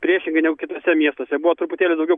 priešingai negu kituose miestuose buvo truputėlį daugiau